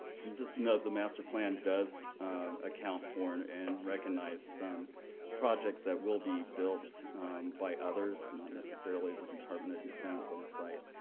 and just to note, the master plan does account for and and recognize some projects that will be built by others, not necessarily the department of defense on the site.